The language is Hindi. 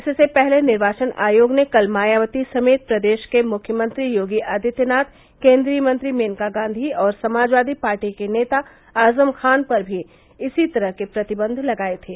इससे पहले निर्वाचन आयोग ने कल मायावती समेत प्रदेश के मुख्यमंत्री योगी आदित्यनाथ केन्द्रीय मंत्री मेनका गांधी और समाजवादी पार्टी के नेता आजम खान पर भी इसी तरह के प्रतिबंध लगाये थे